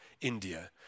India